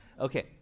okay